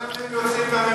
מתי אתם יוצאים מהממשלה?